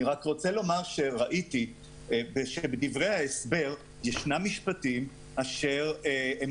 אני רוצה לומר שבדברי ההסבר ישנם משפטים שהם